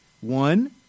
One